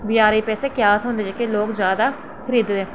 बजारै ई पैसे क्या थ्होंदे जेह्के लोक खरीददे